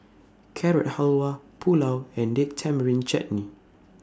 Carrot Halwa Pulao and Date Tamarind Chutney